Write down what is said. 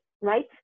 right